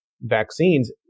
vaccines